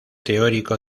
teórico